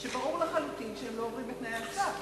שברור לחלוטין שהם לא עומדים בתנאי הסף.